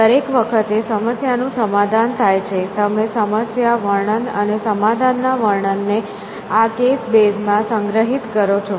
દરેક વખતે સમસ્યાનું સમાધાન થાય છે તમે સમસ્યા વર્ણન અને સમાધાન ના વર્ણનને આ કેસ બેઝ માં સંગ્રહિત કરો છો